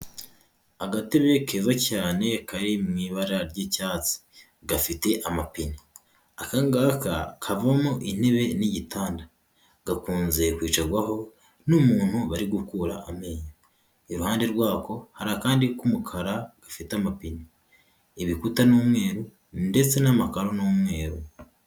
Agatebe keza cyane kari mu ibara ry'icyatsi, gafite amapine aka ngaka kavamo intebe n'igitanda, gakunze kwicarwaho n'umuntu bari gukura amenyo, iruhande rwako hari akandi k'umukara gafite amapine, ibikuta n'umweru ndetse n'amakaro n'umweru.